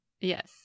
Yes